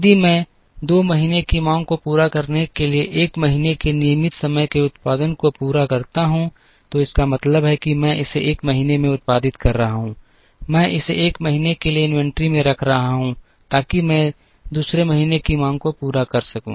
यदि मैं 2 महीने की मांग को पूरा करने के लिए 1 महीने के नियमित समय के उत्पादन को पूरा करता हूं तो इसका मतलब है कि मैं इसे 1 महीने में उत्पादित कर रहा हूं मैं इसे 1 महीने के लिए इन्वेंट्री में रख रहा हूं ताकि मैं 2 महीने की मांग को पूरा कर सकूं